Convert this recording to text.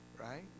right